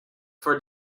for